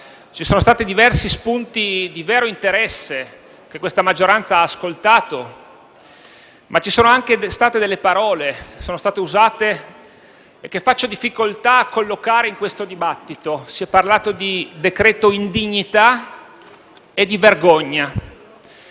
ci sono stati diversi spunti di vero interesse che questa maggioranza ha ascoltato, ma sono anche state usate parole che faccio difficoltà a collocare in questo dibattito. Si è parlato di decreto indignità e di vergogna: